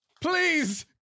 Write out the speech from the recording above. Please